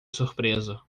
surpreso